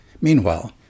Meanwhile